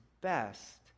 best